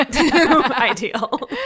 ideal